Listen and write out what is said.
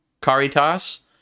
caritas